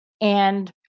And-